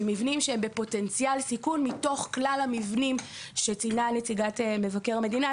מבנים שהם בפוטנציאל סיכון מתוך כלל המבנים שציינה נציגת מבקר המדינה,